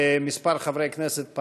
כמה חברי כנסת פנו,